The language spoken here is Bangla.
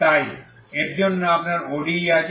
তাই t এর জন্য আপনার অন্য ODE আছে